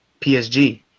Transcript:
PSG